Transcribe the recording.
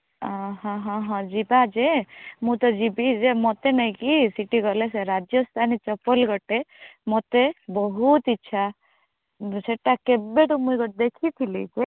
ହଁ ହଁ ହଁ ଯିବାଯେ ମୁଁ ତ ଯିବି ଯେ ମୋତେ ନେଇକି ସେଠି ଗଲେ ସେ ରାଜସ୍ତାନି ଚପଲ ଗୋଟେ ମୋତେ ବହୁତ ଇଛା ସେଟା କେବେଠୁ ମୁଁଇ ଦେଖିଥିଲି ଯେ